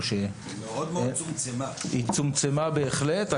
היא צומצמה בהחלט.